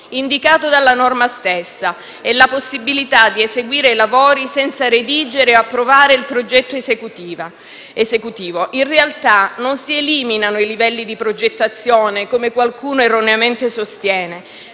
indicato dalla norma stessa, e la possibilità di eseguire lavori senza redigere o approvare il progetto esecutivo. In realtà, non si eliminano i livelli di progettazione, come qualcuno erroneamente sostiene,